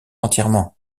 entièrement